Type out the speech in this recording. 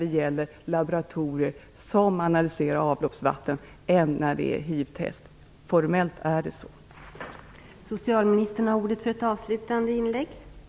Det kanske är drastiskt att jämföra avloppsvatten och hivtest, men formellt är det faktiskt så, statsrådet.